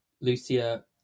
Lucia